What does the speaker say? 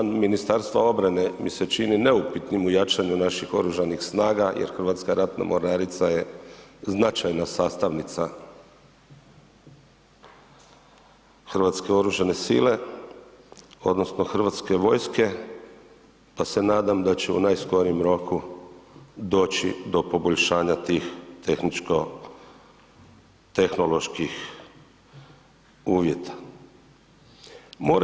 Angažman Ministarstva obrane mi se čini neupitnim u jačanju naših oružanih snaga jer Hrvatska ratna mornarica je značajna sastavnica hrvatske oružane sile odnosno hrvatske vojske pa se nadam da će u najskorijem roku doći do poboljšanja tih tehničko-tehnoloških uvjeta.